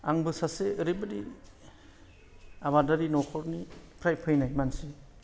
आंबो सासे ओरैबादि आबादारि न'खरनिफ्राय फैनाय मानसि